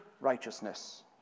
righteousness